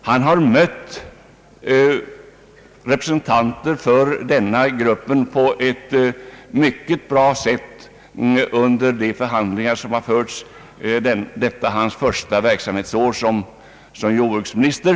Han har mött representanter för denna grupp på ett utomordentligt sätt under de förhandlingar som har förts under detta hans första verksamhetsår som jordbruksminister.